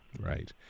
Right